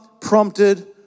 prompted